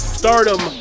stardom